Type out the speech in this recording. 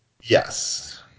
Yes